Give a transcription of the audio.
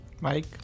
mike